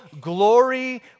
glory